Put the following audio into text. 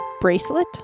bracelet